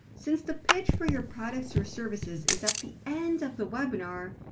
since the pitch for your products or services is at the end of the webinar,